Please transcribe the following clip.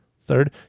Third